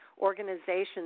organizations